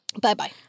Bye-bye